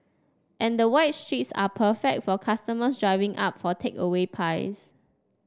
and the wide streets are perfect for customers driving up for takeaway pies